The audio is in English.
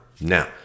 Now